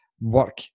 work